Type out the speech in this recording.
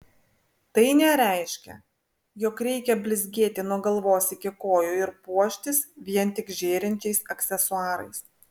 tai nereiškia jog reikia blizgėti nuo galvos iki kojų ir puoštis vien tik žėrinčiais aksesuarais